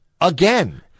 again